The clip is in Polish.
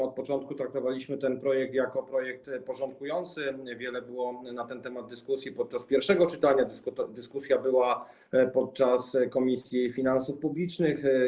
Od początku traktowaliśmy ten projekt jako projekt porządkujący, wiele było na ten temat dyskusji podczas pierwszego czytania, odbyła się dyskusja podczas Komisji Finansów Publicznych.